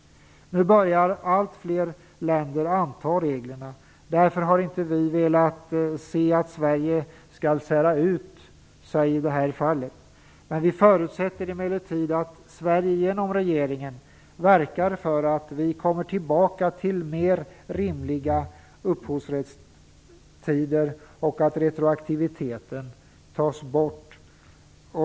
Nu börjar allt fler länder att anta reglerna. Därför har vi inte velat att Sverige skall sära ut sig i det här fallet. Vi förutsätter emellertid att Sverige genom regeringen verkar för att vi kommer tillbaka till mer rimliga upphovsrättstider och att retroaktiviteten tas bort.